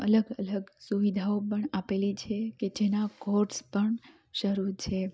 અલગ અલગ સુવિધાઓ પણ આપેલી છે કે જેના કોર્સ પણ શરું છે